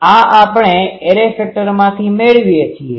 આ આપણે એરે ફેક્ટરમાંથી મેળવીએ છીએ